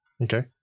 Okay